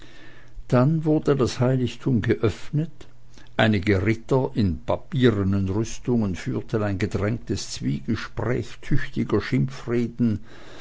dann wurde das heiligtum geöffnet einige ritter in papiernen rüstungen führten ein gedrängtes zwiegespräch tüchtiger